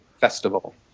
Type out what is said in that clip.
festival